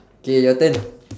K your turn